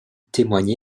témoigne